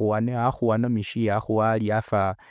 ohaaxuwa nomishi ihaaxuwa vali afa